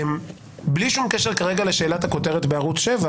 בלי שום קשר כרגע לשאלת הכותרת בערוץ שבע